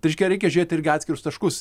tai reiškia reikia žiūrėt irgi atskirus taškus